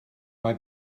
mae